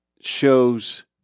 shows